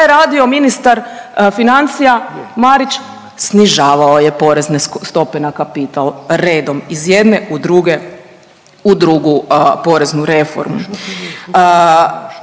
šta je radio ministar financija Marić, snižavao je porezne stope na kapital, redom iz jedne u druge, u drugu poreznu reformu.